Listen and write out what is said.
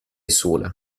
sola